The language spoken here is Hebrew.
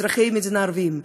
אזרחי המדינה ערבים,